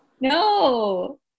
No